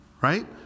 right